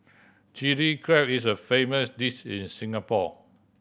Chilli Crab is a famous dish in Singapore